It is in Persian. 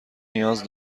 نیاز